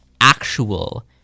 actual